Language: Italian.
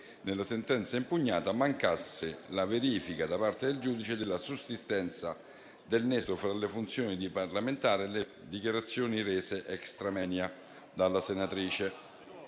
nella sentenza impugnata mancasse la verifica - da parte del giudice - della sussistenza del nesso fra la funzione di parlamentare e le dichiarazioni rese *extra moenia* dalla senatrice.